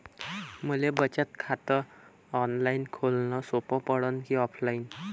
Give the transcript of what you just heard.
मले बचत खात ऑनलाईन खोलन सोपं पडन की ऑफलाईन?